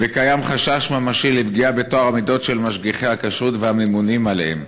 וקיים חשש ממשי לפגיעה בטוהר המידות של משגיחי הכשרות והממונים עליהם,